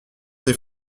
des